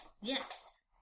Yes